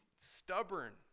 stubborn